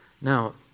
Now